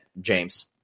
James